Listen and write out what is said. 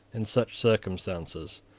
in such circumstances,